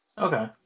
okay